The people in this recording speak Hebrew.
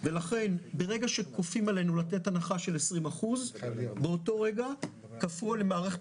ולכן ברווח שכופים עלינו לתת הנחה של 20% באותו רגע כפו על מערכת